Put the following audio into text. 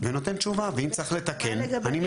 ונותן תשובה, ואם צריך לתקן אני מתקן.